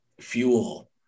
fuel